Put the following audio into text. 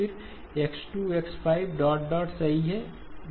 फिर X2 X5 dot dot dot सही है